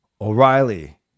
O'Reilly